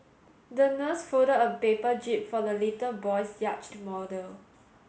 the nurse folded a paper jib for the little boy's yacht model